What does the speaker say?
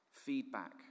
feedback